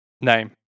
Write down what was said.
Name